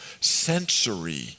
sensory